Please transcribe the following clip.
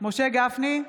משה גפני,